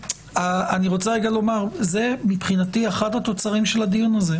זה מבחינתי אחד התוצרים של הדיון הזה,